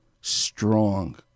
Strong